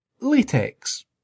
latex